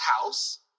house